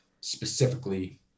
specifically